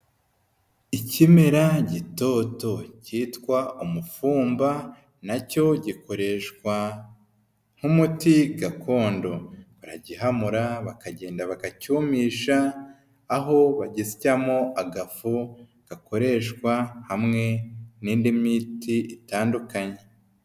Ikimera gitoto cyitwa umufumba na cyo gikoreshwa nk'umuti gakondo, bagihamura bakagenda bagacyumisha aho bagisyamo agafu, gakoreshwa hamwe n'indi miti itandukanye.